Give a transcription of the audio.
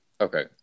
Okay